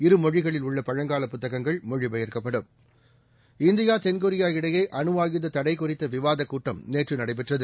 இரு மொழிகளில் உள்ளபழங்கால புத்தகங்கள் மொழிபெயர்க்கப்படும் இந்தியாதென்கொரியா இடையே அணு ஆயுத தடைகுறித்தவிவாதகூட்டம் நேற்றுநடைபெற்றது